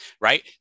right